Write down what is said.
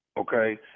okay